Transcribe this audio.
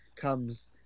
comes